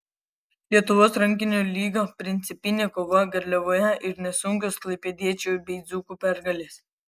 lietuvos rankinio lyga principinė kova garliavoje ir nesunkios klaipėdiečių bei dzūkų pergalės